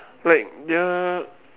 right their